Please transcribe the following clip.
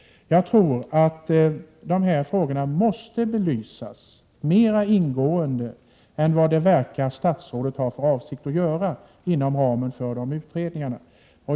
Jag tror att dessa frågor måste belysas mera ingående än vad, som det verkar, statsrådet har för avsikt att göra inom ramen för de nämnda utredningarna.